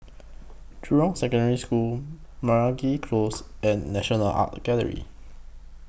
Jurong Secondary School Meragi Close and National Art Gallery